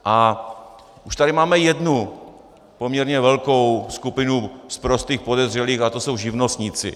A už tady máme jednu poměrně velkou skupinu sprostých podezřelých a to jsou živnostníci.